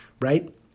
right